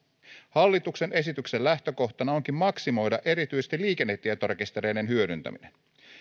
hallituksen esityksen lähtökohtana onkin maksimoida erityisesti liikennetietorekistereiden hyödyntäminen